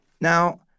Now